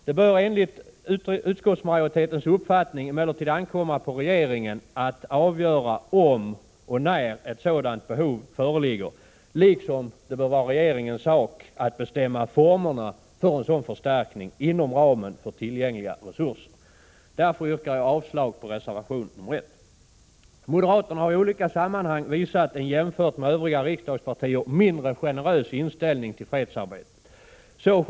Det bör enligt utskottsmajoritetens uppfattning emellertid ankomma på regeringen att avgöra om och när ett sådant behov föreligger, liksom det bör vara regeringens sak att bestämma formerna för en sådan förstärkning inom ramen för tillgängliga resurser. Därför yrkar jag avslag på reservation nr 1. Moderaterna har i olika sammanhang visat en jämfört med övriga riksdagspartier mindre generös inställning till fredsarbetet.